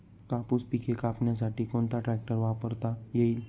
कापूस पिके कापण्यासाठी कोणता ट्रॅक्टर वापरता येईल?